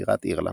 בירת אירלנד.